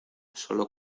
sólo